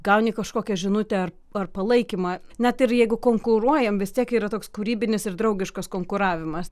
gauni kažkokią žinutę ar palaikymą net ir jeigu konkuruojam vis tiek yra toks kūrybinis ir draugiškas konkuravimas